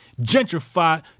Gentrified